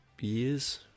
years